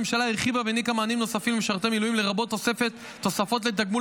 הממשלה הרחיבה והעניקה מענים נוספים למשרתי מילואים לרבות תוספות לתגמול